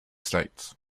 states